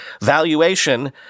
valuation